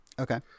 okay